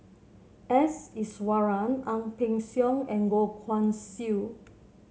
S Iswaran Ang Peng Siong and Goh Guan Siew